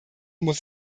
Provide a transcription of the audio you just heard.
muss